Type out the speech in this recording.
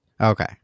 Okay